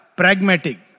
pragmatic